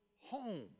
home